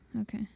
okay